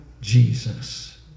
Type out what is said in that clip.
Jesus